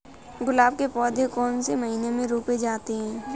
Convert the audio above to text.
गुलाब के पौधे कौन से महीने में रोपे जाते हैं?